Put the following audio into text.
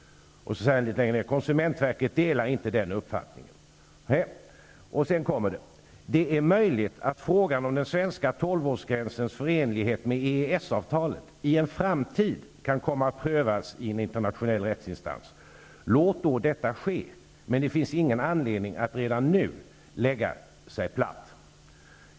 Konsumentverket delar inte den uppfattningen''. Sedan kommer det: ''Det är möjligt att frågan om den svenska tolvårsgränsens förenlighet med EES-avtalet i en framtid kan komma att prövas i en internationell rättsinstans. Låt då detta ske, men det finns ingen anledning att redan nu lägga sig platt!''